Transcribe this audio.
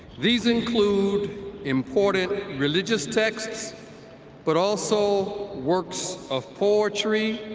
these include important religious texts but also works of poetry,